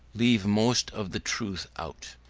leave most of the truth out.